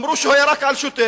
אמרו שהוא ירק על שוטר,